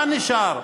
מה נשאר?